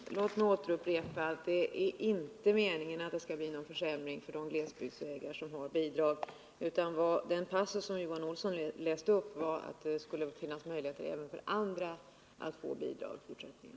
Herr talman! Låt mig återupprepa: Det är inte meningen att det skall bli någon försämring för de glesbygdsvägar som har bidrag. Vad den passus innebär som Johan Olsson nu läste upp är att det skall finnas möjligheter även för andra att få bidrag i fortsättningen.